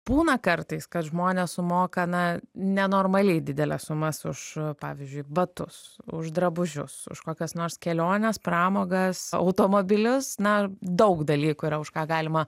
būna kartais kad žmonės sumoka na nenormaliai dideles sumas už pavyzdžiui batus už drabužius už kokias nors keliones pramogas automobilius na daug dalykų yra už ką galima